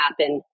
happen